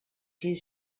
his